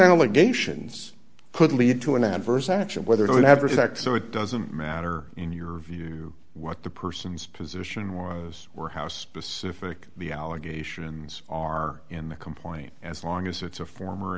allegations could lead to an adverse action whether it would have or sex so it doesn't matter in your view what the person's position was were how specific the allegations are in the complaint as long as it's a former